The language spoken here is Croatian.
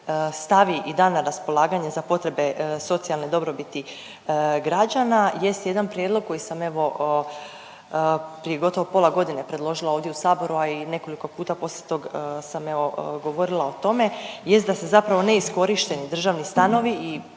stavi i da na raspolaganje za potrebe socijalne dobrobiti građana jest jedan prijedlog koji sam evo prije gotovo pola godine predložila ovdje u saboru, a i nekoliko puta poslije tog sam evo govorila o tome jest da se zapravo neiskorišteni državni stanovi i